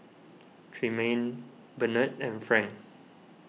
Tremayne Bernard and Frank